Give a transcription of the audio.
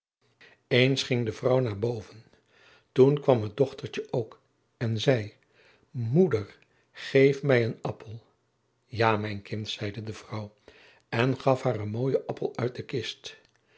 ging de vrouw naar boven toen kwam het dochtertje ook en zei moeder geef mij een appel ja mijn kind zei de vrouw en gaf haar een mooien appel uit de kist